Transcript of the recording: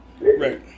right